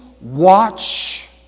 watch